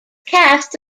cast